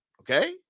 okay